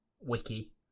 wiki